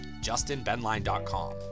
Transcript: JustinBenline.com